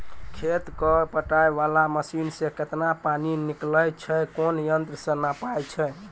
खेत कऽ पटाय वाला मसीन से केतना पानी निकलैय छै कोन यंत्र से नपाय छै